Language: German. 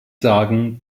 sagen